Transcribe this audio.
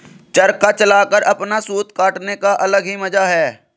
चरखा चलाकर अपना सूत काटने का अलग ही मजा है